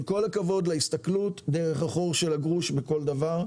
עם כל הכבוד להסתכלות דרך החור של הגרוש בכל דבר,